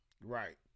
right